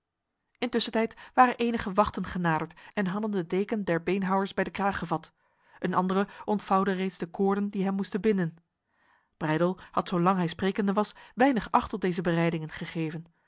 intussentijd waren enige wachten genaderd en hadden de deken der beenhouwers bij de kraag gevat een andere ontvouwde reeds de koorden die hem moesten binden breydel had zolang hij sprekende was weinig acht op deze bereidingen gegeven